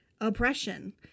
oppression